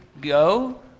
Go